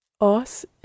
Os